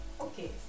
okay